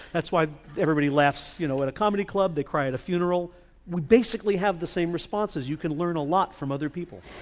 that's why everybody laughs you know at a comedy club, they cry at a funeral we basically have the same responses. you can learn a lot from other people.